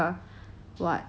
so like if I were to